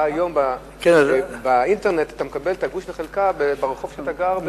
היום באינטרנט אתה מקבל את הגוש והחלקה ברחוב שאתה גר.